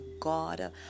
God